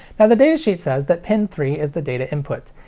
the the datasheet says that pin three is the data input,